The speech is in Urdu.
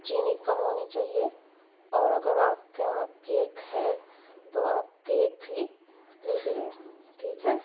چینی کم ہونی چاہیے اور اگر آپ کے وہاں کیک ہے تو آپ کیک بھی لکھ لیں ٹھیک ہے